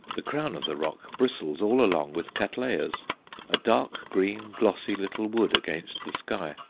the crown of the rock bristles all along with cattleyas, a dark-green glossy little wood against the sky.